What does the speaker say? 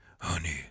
honey